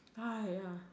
ah ya